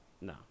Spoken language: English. No